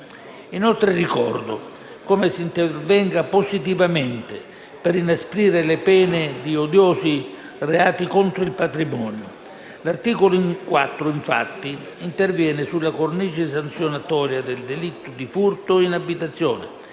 Inoltre, ricordo come si intervenga positivamente per inasprire le pene di odiosi reati contro il patrimonio. L'articolo 4, infatti, interviene sulla cornice sanzionatoria del delitto di furto in abitazione